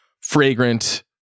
fragrant